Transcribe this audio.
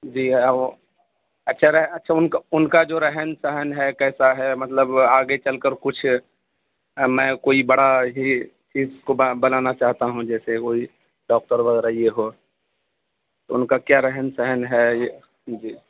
جی وہ اچھا اچھا ان کو ان کا جو رہن سہن ہے کیسا ہے مطلب آگے چل کر کچھ میں کوئی بڑا ہی اس کو بنانا چاہتا ہوں جیسے کوئی ڈاکٹر وغیرہ یہ ہو ان کا کیا رہن سہن ہے یہ جی